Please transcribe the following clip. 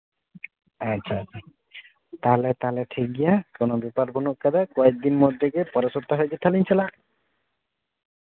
ᱟᱪᱪᱷᱟ ᱛᱟᱦᱞᱮ ᱛᱟᱦᱞᱮ ᱴᱤᱠ ᱜᱮᱭᱟ ᱠᱳᱱᱳ ᱵᱮᱯᱟᱨ ᱵᱟ ᱱᱩᱜ ᱠᱟᱫᱟ ᱠᱚᱭᱮᱠ ᱫᱤᱱ ᱢᱚᱫᱽᱫᱷᱮ ᱜᱮ ᱯᱚᱨᱮᱨ ᱥᱚᱯᱛᱟᱦᱚ ᱠᱷᱚᱱ ᱜᱤᱧ ᱪᱟᱞᱟᱜᱼᱟ